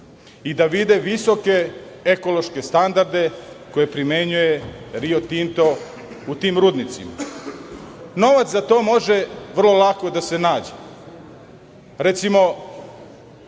i da vide visoke ekološke standarde koje primenjuje Rio Tinto u tim rudnicima? Novac za to može vrlo lako da se nađe. Recimo,